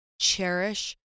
cherish